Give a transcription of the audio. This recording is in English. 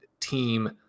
team